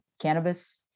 cannabis